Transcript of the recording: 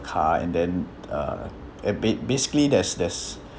car and then uh uh ba~basically there's there's